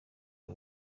ari